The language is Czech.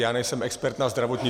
Já nejsem expert na zdravotnictví.